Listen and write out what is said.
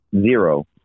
zero